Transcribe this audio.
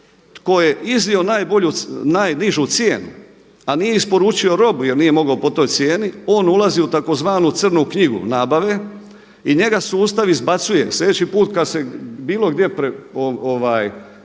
cijenu, najnižu cijenu a nije isporučio robu jer nije mogao po toj cijeni on ulazi u tzv. crnu knjigu nabave i njega sustav izbacuje. Slijedeći put kad se bilo gdje on